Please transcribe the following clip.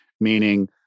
meaning